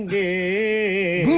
ah a